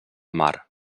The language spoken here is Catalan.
mar